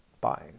buying